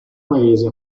paese